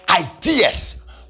ideas